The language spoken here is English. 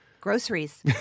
Groceries